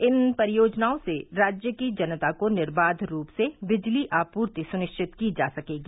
इन परियोजनाओं से राज्य की जनता को निर्बाध रूप से विद्युत आपूर्ति सुनिश्चित की जा सकेगी